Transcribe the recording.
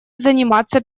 заниматься